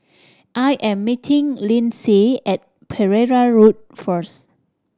I am meeting Lynsey at Pereira Road first